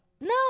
no